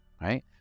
right